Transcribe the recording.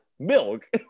milk